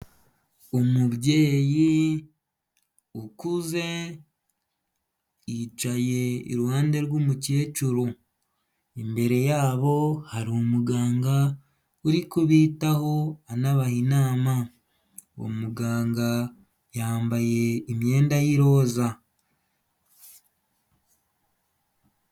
Umubyeyi ukuze yicaye iruhande rw'umukecuru, imbere yabo hari umuganga uri kubitaho anabaha inama, uwo muganga yambaye imyenda y'iroza.